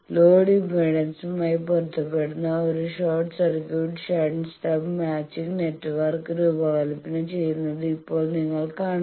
load ഇംപെഡൻസുമായി പൊരുത്തപ്പെടുന്ന ഒരു short circuit shunt stub matching network രൂപകൽപ്പന ചെയ്യുന്നത് ഇപ്പോൾ നിങ്ങൾ കാണുന്നു